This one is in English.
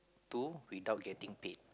to without getting paid